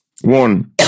One